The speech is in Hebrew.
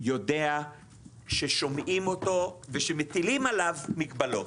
יודע ששומעים אותו ושמטילים עליו מגבלות,